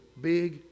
big